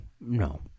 No